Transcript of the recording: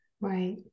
Right